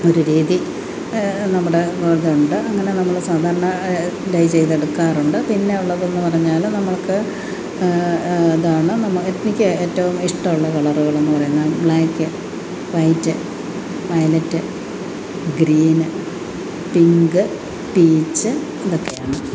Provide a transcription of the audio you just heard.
ഒരു രീതി നമ്മുടെ അതുണ്ട് അങ്ങനെ നമ്മൾ സാധാരണ ഡൈ ചെയ്ത് എടുക്കാറുണ്ട് പിന്നെ ഉള്ളതെന്നു പറഞ്ഞാൽ നമ്മൾക്ക് ഇതാണ് നമ് എനിക്ക് ഏറ്റവും ഇഷ്ടമുള്ള കളറുകൾ എന്നു പറയുന്ന black white violet green pink peach ഇതൊക്കെയാണ്